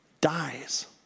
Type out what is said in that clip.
dies